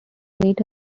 meet